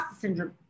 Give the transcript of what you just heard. syndrome